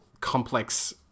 complex